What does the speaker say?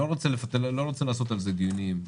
אני לא רוצה לקיים על זה דיונים,